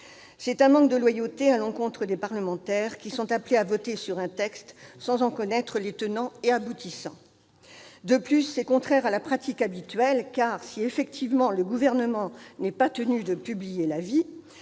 d'un manque de loyauté à l'encontre des parlementaires qui sont appelés à voter sur un texte sans en connaître les tenants et les aboutissants. De plus, c'est contraire à la pratique habituelle, car si effectivement le Gouvernement n'est pas tenu de publier l'avis